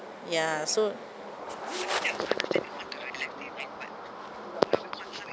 ya so